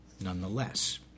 nonetheless